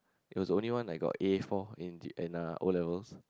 is was only one I got A four in the N and O-levels